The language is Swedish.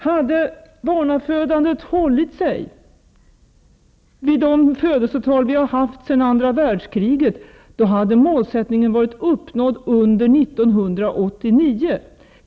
Hade barnafödandet hållit sig vid de födelsetal vi har haft sedan andra världskri get, hade målet uppnåtts under 1989.